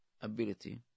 ability